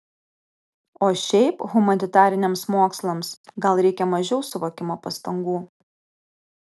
o šiaip humanitariniams mokslams gal reikia mažiau suvokimo pastangų